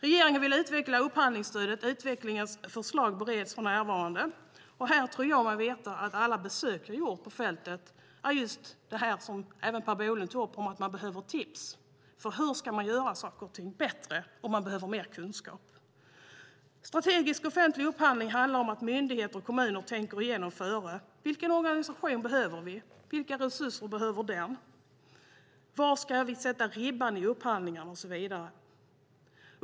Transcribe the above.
Regeringen vill utveckla upphandlingsstödet. Utredningens förslag bereds för närvarande. Här tror jag mig veta, efter alla besök jag har gjort ute på fältet, att, som även Per Bolund tog upp, det är fråga om att få tips på hur saker kan göras bättre och att det behövs mer kunskap. Strategisk offentlig upphandling handlar om att myndigheter och kommuner tänker igenom före. Vilken organisation behöver vi? Vilka resurser behöver den? Var ska vi sätta ribban i upphandlingarna och så vidare?